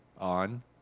on